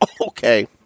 Okay